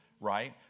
right